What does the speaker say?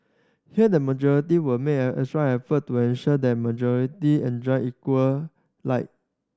here the majority will make extra effort to ensure that minority enjoy equal light